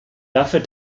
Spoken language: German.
dafür